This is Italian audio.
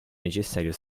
necessario